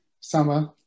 summer